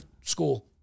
school